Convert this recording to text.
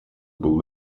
был